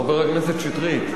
חבר הכנסת שטרית.